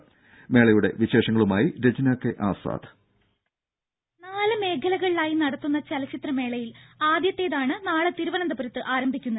രുമ നാല് മേഖലകളിലായി നടത്തുന്ന ചലച്ചിത്രമേളയിൽ ആദ്യത്തേതാണ് നാളെ തിരുവനന്തപുരത്ത് ആരംഭിക്കുന്നത്